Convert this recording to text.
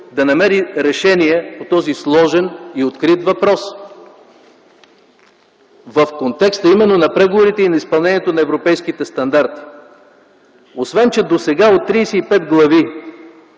да намери решение по този сложен и открит въпрос в контекста именно на преговорите и изпълнението на европейските стандарти. Досега от 35 глави